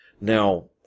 Now